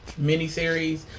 miniseries